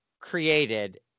created